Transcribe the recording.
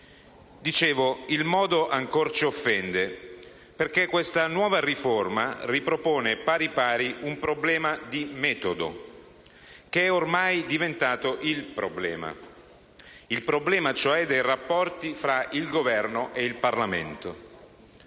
il modo ancor c'offende, perché questa nuova riforma ripropone pari pari un problema di metodo che è ormai diventato il problema, quello cioè dei rapporti fra il Governo ed il Parlamento.